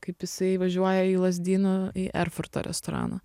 kaip jisai važiuoja į lazdynų į erfurto restoraną